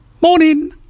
morning